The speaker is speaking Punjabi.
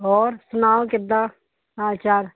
ਹੋਰ ਸੁਣਾਓ ਕਿੱਦਾਂ ਹਾਲ ਚਾਲ